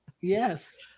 Yes